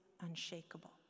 unshakable